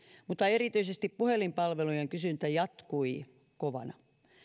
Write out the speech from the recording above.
mutta erityisesti puhelinpalvelujen kysyntä jatkui kovana